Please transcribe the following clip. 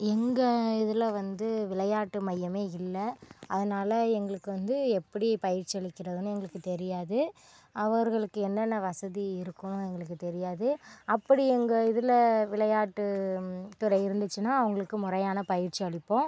எங்கள் இதில் வந்து விளையாட்டு மையமே இல்லை அதனால் எங்களுக்கு வந்து எப்படி பயிற்சி அளிக்கிறதுன்னு எங்களுக்கு தெரியாது அவர்களுக்கு என்னென்ன வசதி இருக்கும் எங்களுக்கு தெரியாது அப்படி எங்கள் இதில் விளையாட்டு துறை இருந்துச்சுன்னா அவங்களுக்கு முறையான பயிற்சி அளிப்போம்